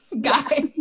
Guy